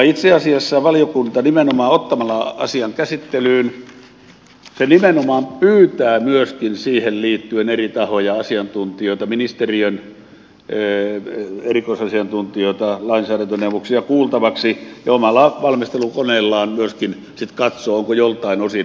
itse asiassa valiokunta ottamalla asian käsittelyyn nimenomaan pyytää myöskin siihen liittyen eri tahoja asiantuntijoita ministeriön erikoisasiantuntijoita ja lainsäädäntöneuvoksia kuultaviksi ja omalla valmistelukoneellaan myöskin sitten katsoo onko joltain osin muutettavaa